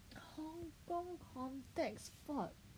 Hong Kong contact sport